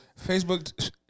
Facebook